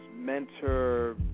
mentor